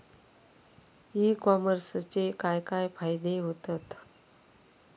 E कॉमर्सचे काय काय फायदे होतत?